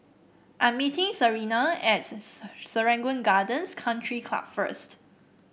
I'm meeting Serena at Serangoon Gardens Country Club first